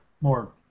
more